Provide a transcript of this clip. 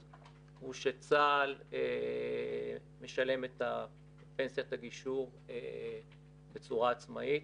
הוא שצה"ל משלם את פנסיית הגישור בצורה עצמאית.